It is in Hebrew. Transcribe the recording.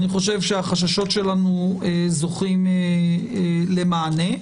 החששות שלנו זוכים למענה.